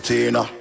Tina